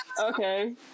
Okay